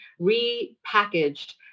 repackaged